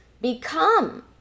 become